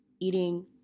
eating